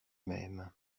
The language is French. même